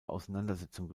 auseinandersetzung